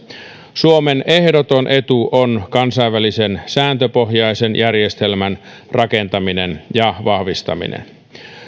suomen ehdoton etu on kansainvälisen sääntöpohjaisen järjestelmän rakentaminen ja vahvistaminen